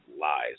lies